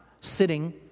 sitting